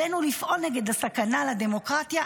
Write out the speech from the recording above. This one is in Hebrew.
עלינו לפעול נגד הסכנה לדמוקרטיה.